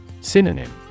Synonym